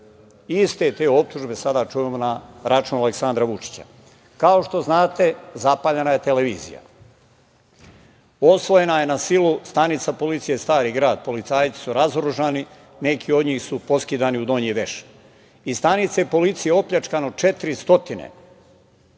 Iste te optužbe sada čujemo na račun Aleksandra Vučića. Kao što znate, zapaljena je televizija. Osvojena je na silu stanica policija Stari grad. Policajci su razoružani, neki od njih su poskidani u donji veš. Iz stanice policije je opljačkano 400, nepravilno